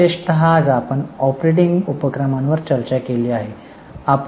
विशेषतः आज आपण ऑपरेटिंग उपक्रमावर चर्चा केली आहे